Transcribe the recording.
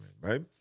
right